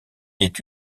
est